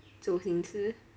zhou xing chi